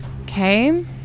Okay